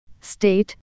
state